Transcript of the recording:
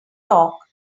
talk